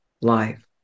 life